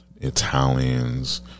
Italians